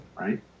right